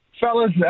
Fellas